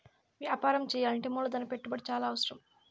వ్యాపారం చేయాలంటే మూలధన పెట్టుబడి చాలా అవసరం